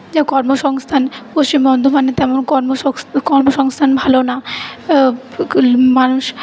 কর্মসংস্থান পশ্চিম বর্ধমানে তেমন কর্মসংস্থান ভালো না মানুষ